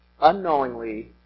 unknowingly